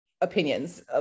opinions